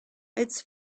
its